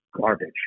garbage